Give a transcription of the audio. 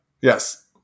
Yes